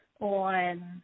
on